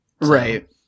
Right